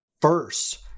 first